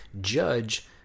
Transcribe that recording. judge